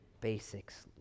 basics